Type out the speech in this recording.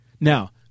Now